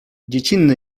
dziecinny